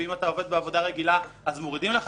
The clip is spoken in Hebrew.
ואם אתה עובד בעבודה רגילה אז מורידים לך